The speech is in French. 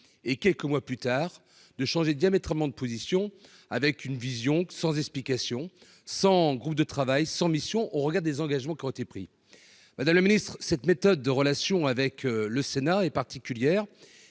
et quelques mois plus tard, de changer diamétralement de position avec une vision sans explication, sans groupe de travail sans mission au regard des engagements qui ont été pris, Madame le Ministre, cette méthode de relations avec le Sénat est particulière